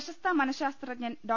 പ്രശസ്ത മനശാസ്ത്രജ്ഞൻ ഡോ